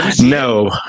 No